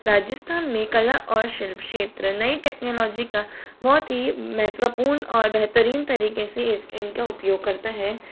राजस्थान में कला और शिल्प क्षेत्र नई टेक्नोलॉजी का बहुत ही महत्वपूर्ण और बेहतरीन तरीके से इसका इनका उपयोग करता है